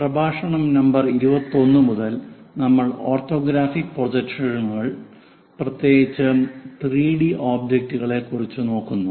പ്രഭാഷണ നമ്പർ 21 മുതൽ നമ്മൾ ഓർത്തോഗ്രാഫിക് പ്രൊജക്ഷനുകൾ പ്രത്യേകിച്ച് 3 ഡി ഒബ്ജക്റ്റുകളെ കുറിച്ച് നോക്കുന്നു